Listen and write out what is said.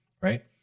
right